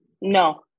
no